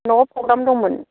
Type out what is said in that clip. न'वाव प्रग्राम दंमोन